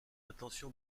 intention